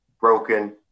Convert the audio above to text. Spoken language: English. broken